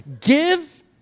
Give